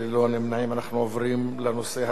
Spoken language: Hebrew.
אנחנו עוברים לנושא הבא, והוא: